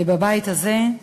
בבית הזה,